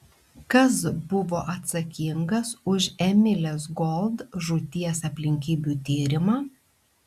kas buvo atsakingas už emilės gold žūties aplinkybių tyrimą